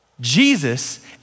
Jesus